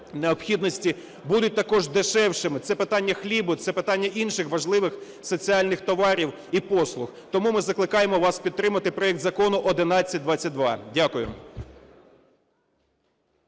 необхідності будуть також дешевшими. Це питання хлібу, це питання інших важливих соціальних товарів і послуг. Тому ми закликаємо вас підтримати проект Закону 1122. Дякую.